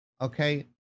Okay